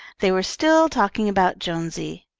they were still talking about jonesy.